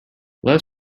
love